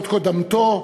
ועוד קודמתו,